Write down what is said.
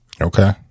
Okay